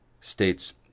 states